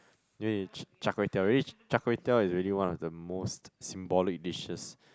really char-kway-teow really char-kway-teow is really one of the most symbolic dishes